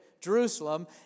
Jerusalem